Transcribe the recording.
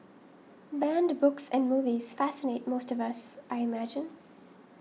banned books and movies fascinate most of us I imagine